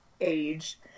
age